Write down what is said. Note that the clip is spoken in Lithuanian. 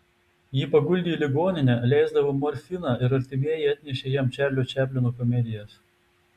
jį paguldė į ligoninę leisdavo morfiną ir artimieji atnešė jam čarlio čaplino komedijas